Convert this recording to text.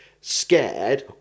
scared